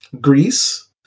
Greece